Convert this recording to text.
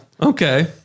Okay